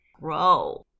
grow